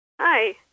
Hi